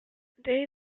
they